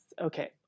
okay